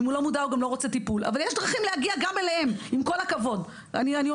אם הוא לא מודע הוא גם לא רוצה טיפול, אבל יש